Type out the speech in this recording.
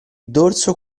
dorso